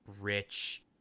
rich